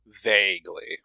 vaguely